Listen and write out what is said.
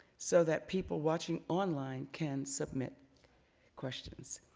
so that people watching online can submit questions.